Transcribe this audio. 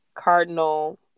cardinal